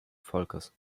volkes